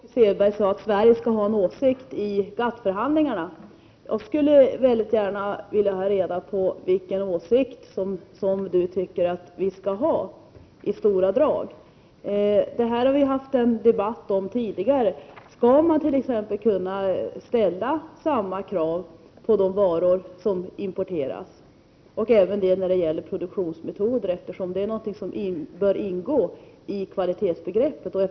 Fru talman! Det var intressant att Selberg sade att Sverige skall ha en åsikt i GATT-förhandlingarna. Jag skulle vilja veta i stora drag vilken åsikt Åke Selberg tycker att Sverige skall ha. Detta har vi haft en debatt om tidigare. Skall man t.ex. kunna ställa samma krav som vad gäller svenska varor, på de varor som importeras och även på metoderna för produktionen av dessa? Hänsyn till dessa frågor bör tas vid fastställandet av kvalitetsbegreppet.